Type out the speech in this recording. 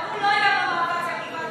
אבל הוא לא היה במאבק על גבעת-עמל,